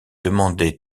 demander